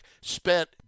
spent